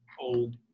old